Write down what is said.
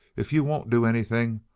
if you won't do anything,